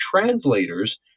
translators